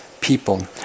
people